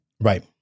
Right